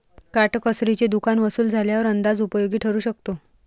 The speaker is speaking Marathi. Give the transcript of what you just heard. काटकसरीचे दुकान वसूल झाल्यावर अंदाज उपयोगी ठरू शकतो